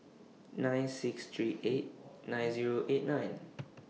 nine six three eight nine Zero eight nine